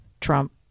trump